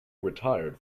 retired